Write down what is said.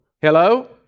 Hello